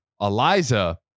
Eliza